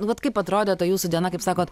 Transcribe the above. nu vat kaip atrodė ta jūsų diena kaip sakot